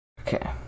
okay